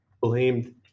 blamed